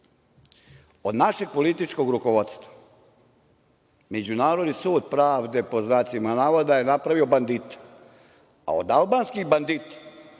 našeg političkog rukovodstva Međunarodni sud pravde, pod znacima navoda, je napravio bandite, a od albanskih bandita